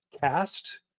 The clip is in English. cast